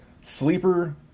sleeper